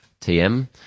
TM